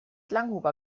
langhuber